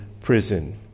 prison